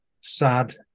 sad